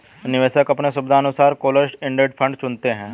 निवेशक अपने सुविधानुसार क्लोस्ड इंडेड फंड चुनते है